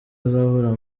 azahura